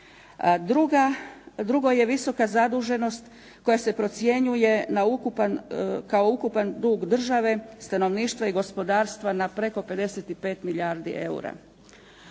Drugo je visoka zaduženost koja se procjenjuje kao ukupan dug države stanovništva i gospodarstva na preko 55 milijardi eura,